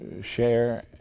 share